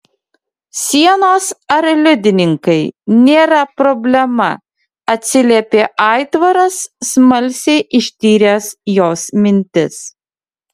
sienos ar liudininkai nėra problema atsiliepė aitvaras smalsiai ištyręs jos mintis